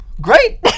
Great